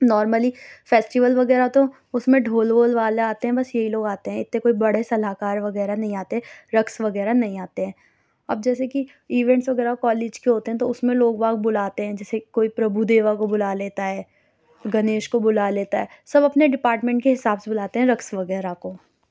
normally festival وغیرہ تو اُس میں ڈھول وول والے آتے ہیں بس یہی لوگ آتے ہیں اتنے کوئی بڑے صلاح کار وغیرہ نہیں آتے رقص وغیرہ نہیں آتے ہیں اب جیسے کہ ایونٹس وغیرہ کالج کے ہوتے ہیں تو اُس میں لوگ واگ بلاتے ہیں جیسے کوئی پربھو دیوا کو بلا لیتا ہے گنیش کو بلا لیتا ہے سب اپنے ڈپارٹمنٹ کے حساب سے بلاتے ہیں رقص وغیرہ کو